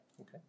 Okay